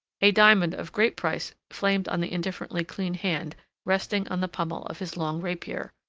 a diamond of great price flamed on the indifferently clean hand resting on the pummel of his long rapier,